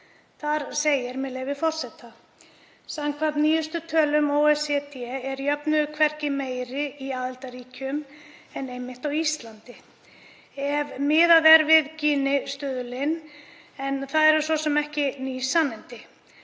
Þar segir, með leyfi forseta: „Samkvæmt nýjustu tölum OECD er jöfnuður hvergi meiri í aðildarríkjunum en einmitt á Íslandi, ef miðað er við Gini-stuðulinn, en það eru svo sem engin ný sannindi.